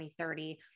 2030